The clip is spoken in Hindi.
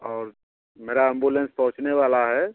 और मेरा एंबुलेंस पहुँचने वाला है